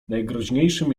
najgroźniejszym